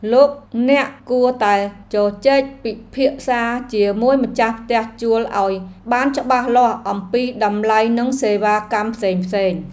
លោកអ្នកគួរតែជជែកពិភាក្សាជាមួយម្ចាស់ផ្ទះជួលឱ្យបានច្បាស់លាស់អំពីតម្លៃនិងសេវាកម្មផ្សេងៗ។